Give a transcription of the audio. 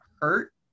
hurt